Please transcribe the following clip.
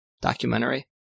documentary